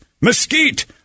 mesquite